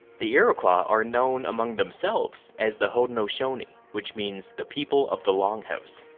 the iroquois are known among themselves as the haudenosaunee, which means the people of the longhouse.